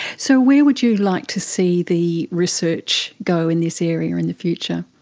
so where would you like to see the research go in this area in the future?